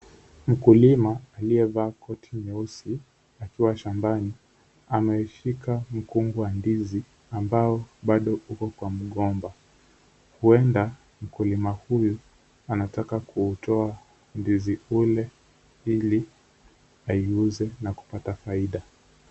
Mkulima aliyevaa koti nyeusi akiwa shambani ameshika mkungu wa ndizi ambao uko bado kwenye mgomba. Huenda mkulima huyu anataka kuutoa ndizi ule ili aiuze na kupata faida.